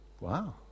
Wow